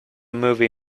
movie